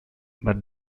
but